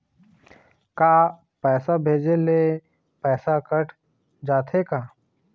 का पैसा भेजे ले पैसा कट जाथे का?